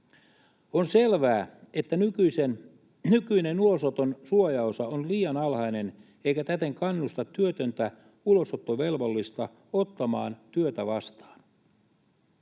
On selvää, että nykyinen ulosoton suojaosa on liian alhainen eikä täten kannusta työtöntä ulosottovelvollista ottamaan työtä vastaan.